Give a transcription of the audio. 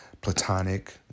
platonic